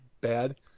bad